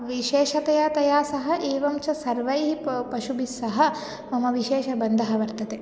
विशेषतया तया सह एवं च सर्वैः प पशुभिः सह मम विशेषबन्धः वर्तते